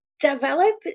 develop